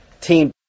team